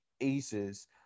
aces